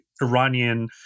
Iranian